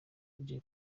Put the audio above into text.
jay